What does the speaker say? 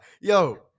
yo